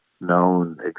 known